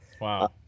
Wow